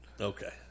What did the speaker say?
Okay